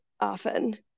often